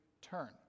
turn